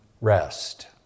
rest